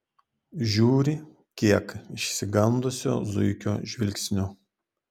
žiūri kiek išsigandusio zuikio žvilgsniu